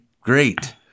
great